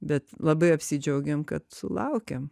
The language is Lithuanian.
bet labai apsidžiaugėm kad sulaukėm